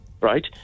right